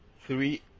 three